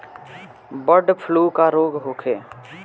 Bird flu का रोग होखे?